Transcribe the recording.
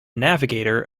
navigator